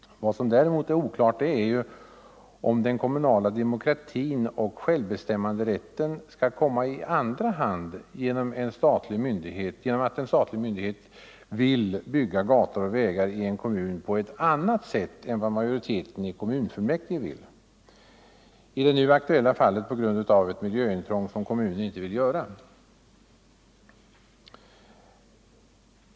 Vad som däremot är oklart är om den kommunala demokratin och självbestämmanderätten skall komma i andra hand genom att en statlig myndighet vill bygga gator och vägar i en kommun på ett annat sätt än vad majoriteten i kommunfullmäktige vill — i det nu aktuella fallet gäller det ett miljöintrång, som kommunen önskar förhindra.